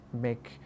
make